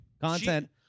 Content